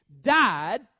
died